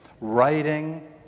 writing